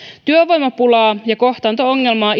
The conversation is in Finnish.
työvoimapulaa ja kohtaanto ongelmaa